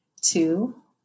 two